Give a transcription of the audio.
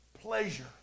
pleasure